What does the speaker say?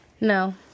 No